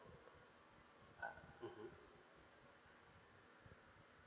uh mmhmm